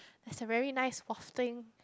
as a very nice of thing